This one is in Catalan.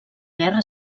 guerra